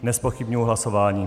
Nezpochybňuji hlasování.